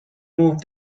move